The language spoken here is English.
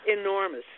Enormous